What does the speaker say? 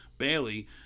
Bailey